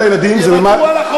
הילדים שלנו לא יסכימו,